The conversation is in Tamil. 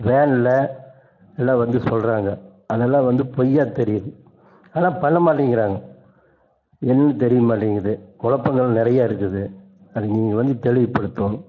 வேனில் எல்லாம் வந்து சொல்லுறாங்க அதெல்லாம் வந்து பொய்யாக தெரியுது ஆனால் பண்ண மாட்டேங்கிறாங்க என்னான்னு தெரிய மாட்டேங்குது குழப்பங்கள் நிறையா இருக்குது அது நீங்கள் வந்து தெளிவு படுத்தணும்